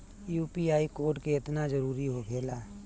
UPI code केतना जरुरी होखेला?